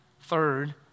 Third